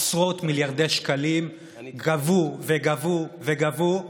עשרות מיליארדי שקלים גבו וגבו וגבו,